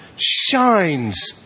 shines